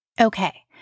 Okay